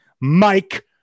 Mike